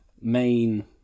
main